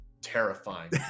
Terrifying